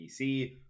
PC